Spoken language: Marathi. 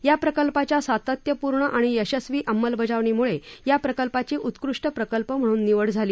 या प्रकल्पाच्या सातत्यपूर्ण आणि यशस्वी अंमलबजावणीमुळे या प्रकल्पाची उत्कृष्ट प्रकल्प म्हणून निवड झाली